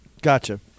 Gotcha